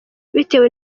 bitewe